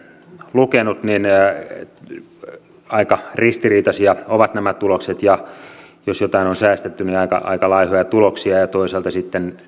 lukenut nämä tulokset ovat aika ristiriitaisia ja jos jotain on säästetty niin aika laihoin tuloksin ja toisaalta sitten